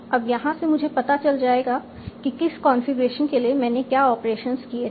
अब यहां से मुझे पता चल जाएगा कि किस कॉन्फ़िगरेशन के लिए मैंने क्या ऑपरेशंस किए थे